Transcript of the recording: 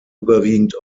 überwiegend